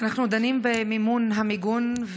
אנחנו דנים במימון המיגון,